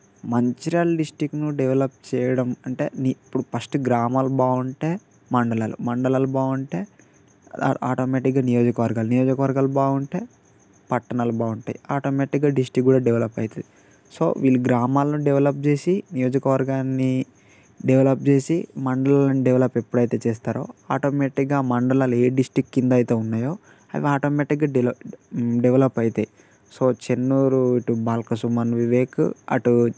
మంచిర్యాల డిస్ట్రిక్ట్ను డెవలప్ చేయడం అంటే ఇప్పుడు ఫస్ట్ గ్రామాలు బాగుంటే మండలాలు మండలాలు బాగుంటే ఆటోమేటిక్గా నియోజకవర్గాలు నియోజకవర్గాలు బాగుంటే పట్టణాలు బాగుంటాయి ఆటోమేటిక్గా డిస్ట్రిక్ట్ కూడా డెవలప్ అవుతుంది సో వీళ్ళు గ్రామాలు డెవలప్ చేసి నియోజకవర్గాన్ని డెవలప్ చేసి మండలాన్ని డెవలప్ ఎప్పుడు అయితే చేస్తారో ఆటోమేటిక్గా ఆ మండలాలు ఏ డిస్ట్రిక్ట్ కింద అయితే ఉన్నాయో అవి ఆటోమేటిక్గా డెవ డెవలప్ అవుతాయి సో చెన్నూరు ఇటు బాల్క సుమన్ వివేక్ అటు